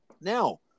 Now